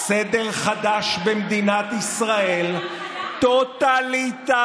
סדר חדש במדינת ישראל, טוטליטרי,